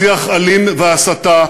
שיח אלים והסתה,